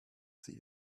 see